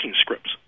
scripts